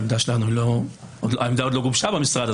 העמדה שלנו עוד לא גובשה במשרד,